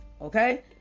Okay